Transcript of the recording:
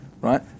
right